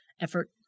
effort